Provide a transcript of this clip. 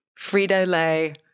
Frito-Lay